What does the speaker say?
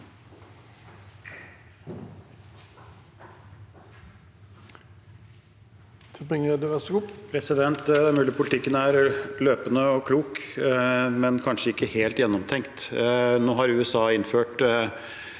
Det er mulig politikken er løpende og klok, men kanskje ikke helt gjennomtenkt. Nå har USA innført